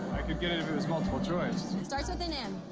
i could get it if it was multiple choice. starts with an m.